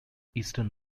easton